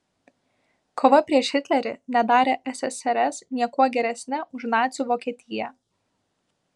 kova prieš hitlerį nedarė ssrs niekuo geresne už nacių vokietiją